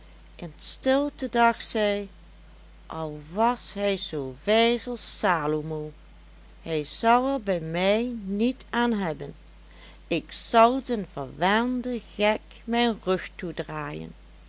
in stilte dacht zij al was hij zoo wijs als salomo hij zal er bij mij niet aan hebben ik zal den verwaanden gek mijn rug toedraaien